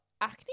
acne